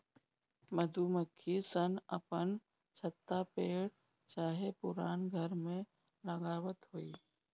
मधुमक्खी सन अपन छत्ता पेड़ चाहे पुरान घर में लगावत होई